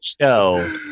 show